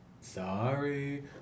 Sorry